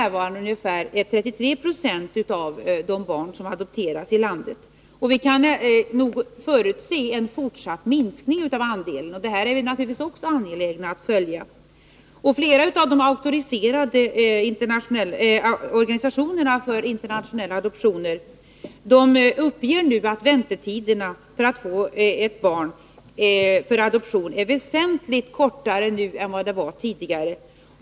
33 90 av antalet adoptioner i landet. Vi kan nog förutse en fortsatt minskning av andelen, och detta är vi naturligtvis också angelägna att följa. Flera av de auktoriserade organisationerna för internationella adoptioner uppger nu att väntetiderna för att få ett barn för adoption är väsentligt kortare än de var tidigare.